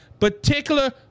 particular